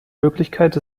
wirklichkeit